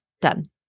done